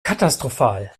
katastrophal